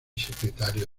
secretario